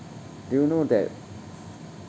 do you know that